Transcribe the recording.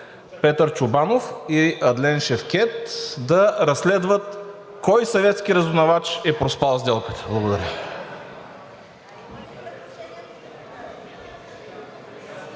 Петър Чобанов и Адлен Шевкед да разследват кой съветски разузнавач е проспал сделката. Благодаря.